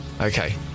Okay